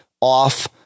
off